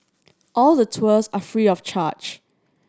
all the tours are free of charge